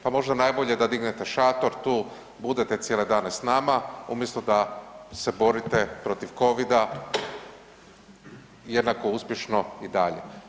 Pa možda najbolje da dignete šator tu, budete cijele dane s nama umjesto da se borite protiv COVID-a jednako uspješno i dalje.